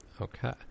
Okay